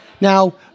Now